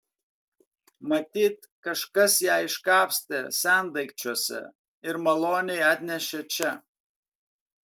matyt kažkas ją iškapstė sendaikčiuose ir maloniai atnešė čia